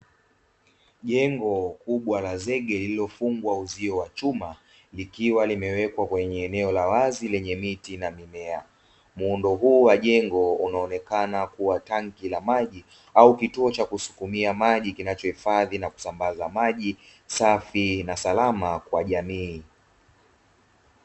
Jengo kubwa la zege lililofungwa uzio wa chuma, likiwa limewekwa kwenye eneo la wazi lenye miti na mimea. Muundo huu wa jengo unaonekana kuwa tanki la maji, au kituo cha kusukumia maji kinachohifadhi na kusambaza maji safi na salama kwa jamii.